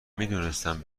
میدونستم